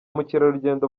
mukerarugendo